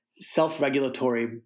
Self-regulatory